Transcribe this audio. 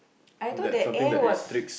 I thought that air was